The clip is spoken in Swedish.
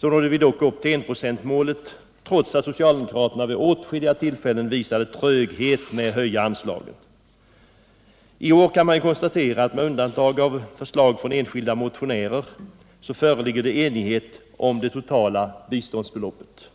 nådde vi dock upp till enprocentsmålet, trots att socialdemokraterna vid åtskilliga tillfällen visade tröghet med att höja anslaget. I år kan man konstatera att det, med untantag för förslag från enskilda motionärer, föreligger enighet om det totala biståndsbeloppet.